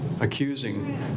accusing